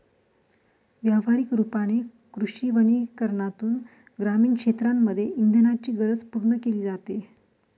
व्यवहारिक रूपाने कृषी वनीकरनातून ग्रामीण क्षेत्रांमध्ये इंधनाची गरज पूर्ण केली जाते